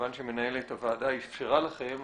כיוון שמנהלת הוועדה אפשרה לכם,